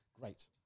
Great